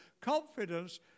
confidence